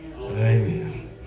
Amen